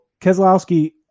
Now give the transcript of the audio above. Keselowski